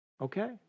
Okay